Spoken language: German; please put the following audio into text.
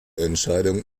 entscheidung